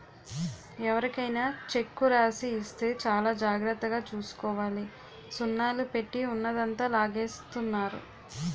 ఎవరికైనా చెక్కు రాసి ఇస్తే చాలా జాగ్రత్తగా చూసుకోవాలి సున్నాలు పెట్టి ఉన్నదంతా లాగేస్తున్నారు